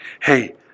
hey